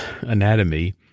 anatomy